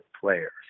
players